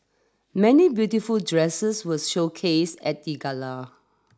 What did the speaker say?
many beautiful dresses was showcased at the gala